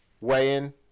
weighing